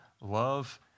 love